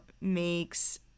makes